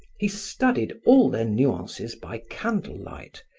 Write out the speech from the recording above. he studied all their nuances by candlelight,